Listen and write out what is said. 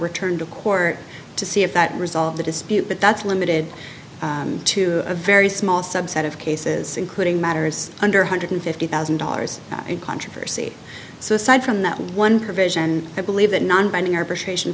returned to court to see if that resolve the dispute but that's limited to a very small subset of cases including matters under one hundred and fifty thousand dollars controversy so aside from that one provision i believe that non binding arbitration